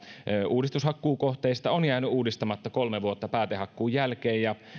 uudistushakkuukohteista on jäänyt uudistamatta kolme vuotta päätehakkuun jälkeen ja